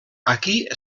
aquí